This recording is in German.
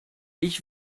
ich